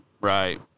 Right